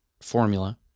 formula